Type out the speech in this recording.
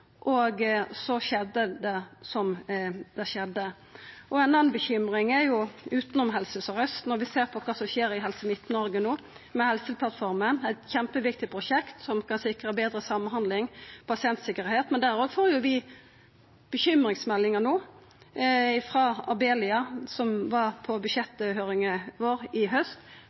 og så skjedde det som skjedde. Ei anna bekymring – utanom Helse Sør-Aust – er når vi ser på kva som no skjer i Helse Midt-Noreg med Helseplattforma, eit kjempeviktig prosjekt som skal sikra betre samhandling og pasientsikkerheit. Òg der får vi no bekymringsmeldingar – frå Abelia, som var på budsjetthøyringa vår sist haust.